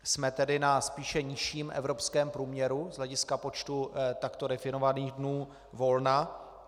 Jsme tedy na spíše nižším evropském průměru z hlediska počtu takto definovaných dnů volna.